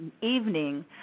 evening